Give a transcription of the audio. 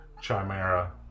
chimera